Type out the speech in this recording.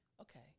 Okay